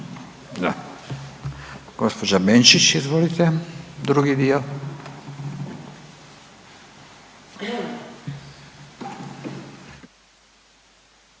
Gospođa Benčić, izvolite drugi dio.